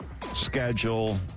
schedule